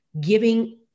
giving